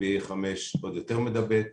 וה-BA.5 עוד יותר מדבק.